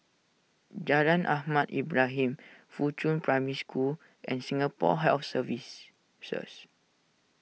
Jalan Ahmad Ibrahim Fuchun Primary School and Singapore Health Services